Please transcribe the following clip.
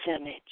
image